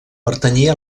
pertanyia